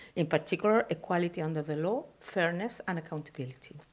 in particular, equality under the law, fairness, and accountability.